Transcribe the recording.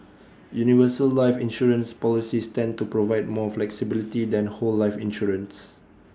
universal life insurance policies tend to provide more flexibility than whole life insurance